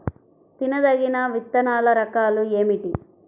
తినదగిన విత్తనాల రకాలు ఏమిటి?